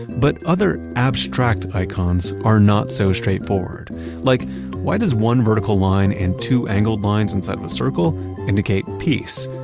but other abstract icons are not so straight forward like why does one vertical line and two angled lines inside of the circle indicate peace?